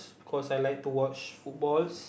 cause I like to watch football